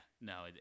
no